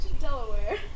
Delaware